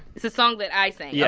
it's a song that i sang? yeah